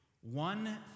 One